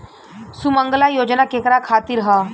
सुमँगला योजना केकरा खातिर ह?